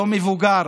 לא מבוגר,